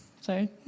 Sorry